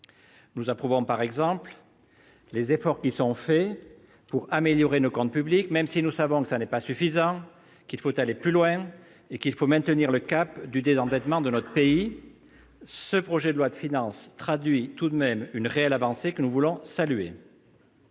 Nous approuvons par exemple les efforts faits pour améliorer nos comptes publics. Même si nous savons que ce n'est pas suffisant, qu'il faut aller plus loin et maintenir le cap du désendettement de notre pays, ce projet de loi de finances traduit tout de même une réelle avancée, que nous voulons saluer.